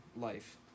life